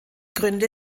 gründe